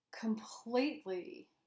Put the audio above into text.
completely